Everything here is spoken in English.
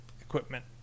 equipment